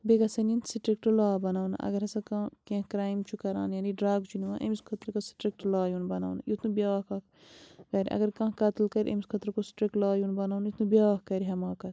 بیٚیہِ گژھیٚن یِنۍ سٹرکٹ لاء بَناونہٕ اگر ہَسا کانٛہہ کیٚنٛہہ کرٛایم چھُ کَران یعنی ڈرٛگ چھُ نِوان أمِس خٲطرٕ گوٚژھ سٹرٛکٹ لاء یُن بَناونہٕ یُتھ نہٕ بیٛاکھ اَکھ کَرِ اگر کانٛہہ قتٕل کَرِ أمِس خٲطرٕ گوٚژھ سٹرٛکٹ لاء یُن بَناونہٕ یُتھ نہٕ بیٛاکھ کَرِ حماقت